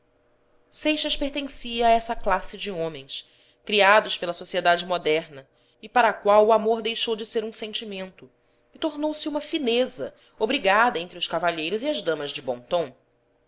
seixas pertencia a essa classe de homens criados pela socie dade moderna e para a qual o amor deixou de ser um sentimento e tornou-se uma fineza obrigada entre os cavalheiros e as damas de bom tom a